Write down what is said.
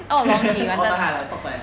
all time high like stock like that